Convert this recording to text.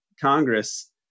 Congress